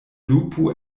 lupo